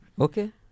okay